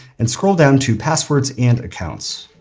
and scroll down to passwords and accounts.